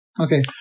Okay